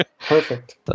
perfect